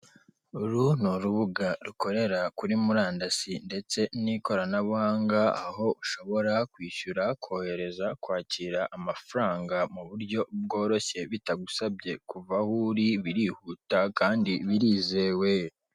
Uru ni urubuga rukorera kuri murandasi ndetse n'ikoranabuhanga aho ushobora kwishyura, kohereza, kwakira amafaranga mu buryo bworoshye bitagusabye kuva aho uri birihuta kandi birizewe.